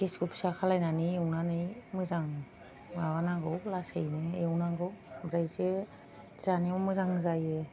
गेसखौ फिसा खालायनानै एवनानै मोजां माबानांगौ लासैनो एवनांगौ ओमफ्रायसो जानायाव मोजां जायो